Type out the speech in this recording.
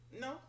No